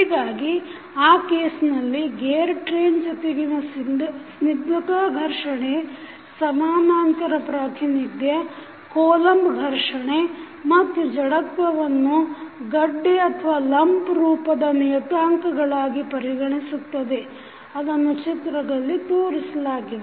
ಹೀಗಾಗಿ ಆ ಕೇಸ್ನಲ್ಲಿ ಗೇರ್ ಟ್ರೇನ್ ಜೊತೆಗಿನ ಸ್ನಿಗ್ಧತಾ ಘರ್ಷಣೆ ಸಮಾನಾಂತರ ಪ್ರಾತಿನಿಧ್ಯ ಕೂಲಂಬ್ ಘರ್ಷಣೆ ಮತ್ತು ಜಡತ್ವವನ್ನು ಗಡ್ಡೆ ರೂಪದ ನಿಯತಾಂಕಗಳಾಗಿ ಪರಿಗಣಿಸುತ್ತದೆ ಅದನ್ನು ಚಿತ್ರದಲ್ಲಿ ತೋರಿಸಲಾಗಿದೆ